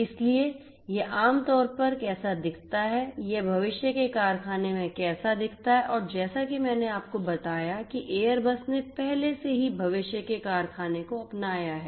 इसलिए यह आम तौर पर यह कैसा दिखता है यह भविष्य के कारखाने में कैसा दिखता है और जैसा कि मैंने आपको बताया कि एयरबस ने पहले से ही भविष्य के कारखाने को अपनाया है